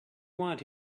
want